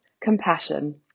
Compassion